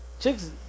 chicks